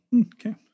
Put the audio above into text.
Okay